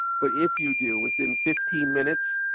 but if you do, within fifteen minutes,